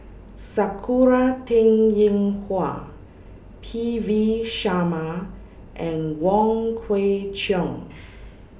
Sakura Teng Ying Hua P V Sharma and Wong Kwei Cheong